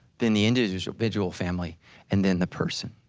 then the individual individual family and then the person,